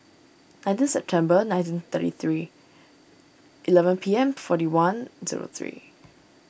nineteen September nineteen thirty three eleven P M forty one zero three